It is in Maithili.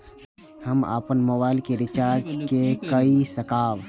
हम अपन मोबाइल के रिचार्ज के कई सकाब?